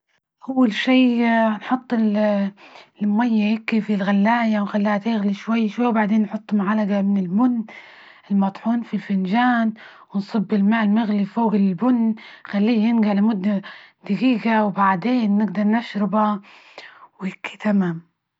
أول شي نحط ال- المية هيكي في الغلاية، وخليها تغلي شوي- شوي، وبعدين نحط معلجة من البن المطحون في الفنجان، ونصب الماء المغلي فوق البن، خليه ينجع لمدة دجيجة، وبعدين نجدر نشربه وهيكي تمام.